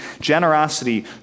generosity